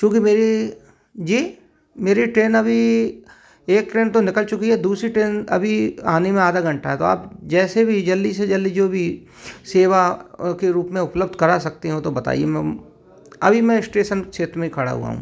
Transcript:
चूँकि मेरी जी मेरी ट्रेन अभी एक ट्रेन तो निकल चुकी है दूसरी ट्रेन अभी आने में आधा घंटा है तो आप जैसे भी जल्दी से जल्दी जो भी सेवा अ के रूप में उपलब्ध करा सकते हों तो बताइए अभी मैं स्टेशन क्षेत्र में ही खड़ा हुआ हूँ